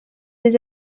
des